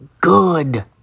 good